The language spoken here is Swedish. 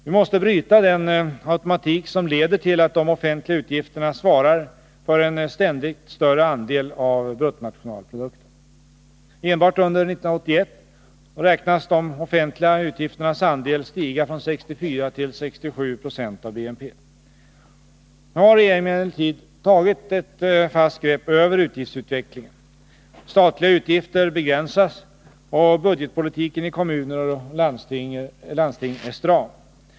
Vi måste bryta den automatik som leder till att de offentliga utgifterna svarar för en ständigt större andel av bruttonationalprodukten. Enbart under 1981 beräknas de offentliga utgifternas andel stiga från 64 till 67 96 av BNP. Nu har regeringen emellertid tagit ett fast grepp över utgiftsutvecklingen. Statliga utgifter begränsas och budgetpolitiken i kommuner och landsting är stram.